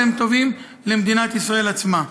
אבל הוא טוב למדינת ישראל עצמה.